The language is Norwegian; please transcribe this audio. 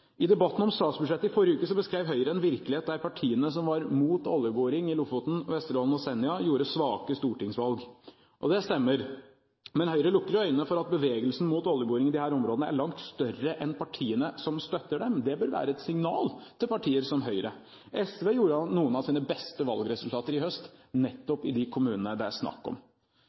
I debatten om statsbudsjettet i forrige uke beskrev Høyre en virkelighet der partiene som var mot oljeboring i Lofoten, Vesterålen og Senja, gjorde svake stortingsvalg. Det stemmer. Men Høyre lukker øynene for at bevegelsen mot oljeboring i disse områdene er langt større enn partiene som støtter dem. Det bør være et signal til partier som Høyre. SV hadde noen av sine beste valgresultater i høst nettopp i de kommunene det er snakk om.